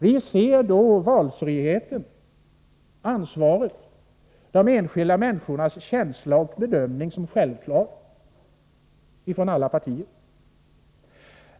Vi ser då ifrån alla partiers sida valfriheten, ansvaret, de enskilda människornas känsla och bedömning som något självklart.